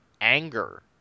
anger